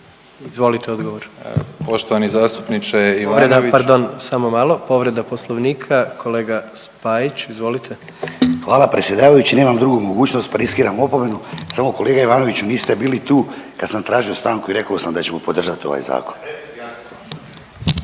Davor (HDZ)** Poštovani zastupniče … **Jandroković, Gordan (HDZ)** Pardon, samo malo, povreda Poslovnika kolega Spajić. Izvolite. **Spajić, Daniel (DP)** Hvala predsjedavajući. Nemam drugu mogućnost pa riskiram opomenu, samo kolega Ivanoviću niste bili tu kad sam tražio stanku i rekao sam da ćemo podržati ovaj zakon.